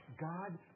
God